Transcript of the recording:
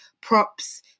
props